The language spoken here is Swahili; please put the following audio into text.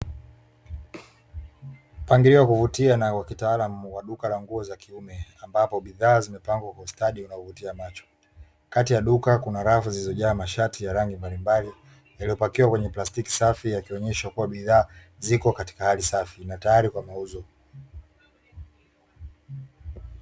Mpangilio wa kuvutia na wakitaalamu wa duka la nguo za kiume, ambapo bidhaa zimepangwa kwa ustadi unaovutia macho, kati ya duka kuna rafu zilizojaa mashati ya rangi mbalimbali yaliyopakiwa kwenye plastiki safi, yakionyesha kuwa bidhaa ziko katika hali safi na tayari kwa mauzo.